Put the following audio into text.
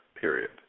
period